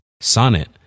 Sonnet